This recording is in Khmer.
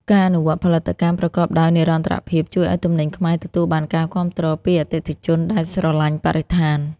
ការអនុវត្តផលិតកម្មប្រកបដោយនិរន្តរភាព ជួយឱ្យទំនិញខ្មែរទទួលបានការគាំទ្រពីអតិថិជនដែលស្រឡាញ់បរិស្ថាន។